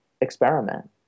experiment